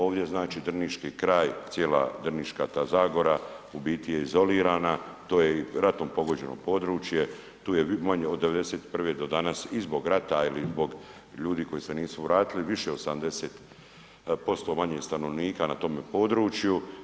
Ovdje znači drniški kraj, cijela drniška ta zagora u biti je izolirana, to je i ratom pogođeno područje, tu je manje od 91. do danas i zbog rata ili zbog ljudi koji se nisu vratili više od 70% manje stanovnika na tome području.